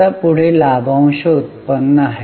आता पुढे लाभांश उत्पन्न आहे